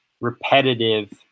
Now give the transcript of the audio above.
repetitive